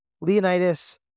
Leonidas